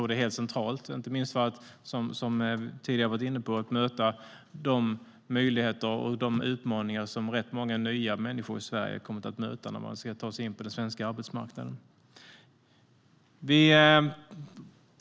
Det är helt centralt, inte minst, som vi tidigare har varit inne på, för att möta de möjligheter och utmaningar som rätt många nya människor i Sverige har kommit att möta när de ska ta sig in på den svenska arbetsmarknaden.